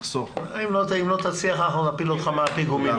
אם לא תצליח, אנחנו נפיל אותך מהפיגומים.